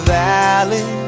valley